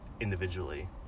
individually